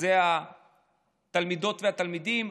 אלה התלמידות והתלמידים.